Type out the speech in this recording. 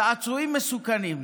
צעצועים מסוכנים.